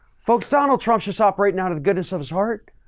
folks, donald trump's just operating out of the goodness of his heart.